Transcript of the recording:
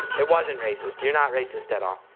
it wasn't racist. you're not racist at all.